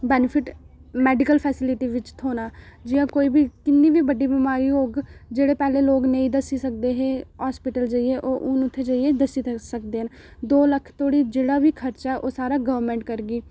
benefit medical facility बिच थ्होना जि'यां कोई बी किन्नी बी बड्डी बमारी होग जेह्ड़े पैह्लें लोग नेईं दस्सी सकदे हे हस्पिटल जाइयै हून ओह् उत्थै जाइयै दस्सी सकदे न दो लक्ख धोड़ी जेह्ड़ा बी खर्चा ओह् सारा गौरमैंट करगी